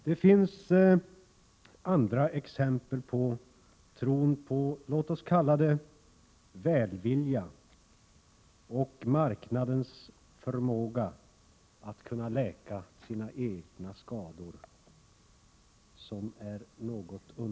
Det finns andra, något underliga, exempel på tron på, låt oss kalla det välvilja och marknadens förmåga att kunna läka sin egna skador.